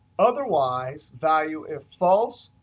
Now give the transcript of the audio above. otherwise, value if false,